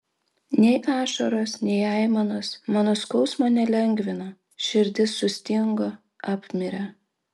nei ašaros nei aimanos mano skausmo nelengvino širdis sustingo apmirė